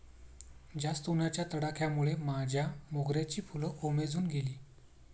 जास्त उन्हाच्या तडाख्यामुळे माझ्या मोगऱ्याची फुलं कोमेजून गेली